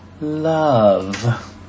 love